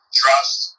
trust